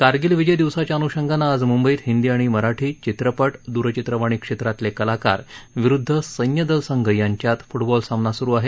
कारगिल विजय दिवसाच्या अन्षंगानं आज मुंबईत हिंदी आणि मराठी चित्रपट द्रचित्रवाणी क्षेत्रातले कलाकार विरुद्ध सैन्यदल संघ यांच्यात फ्टबॉल सामना स्रु आहे